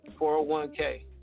401k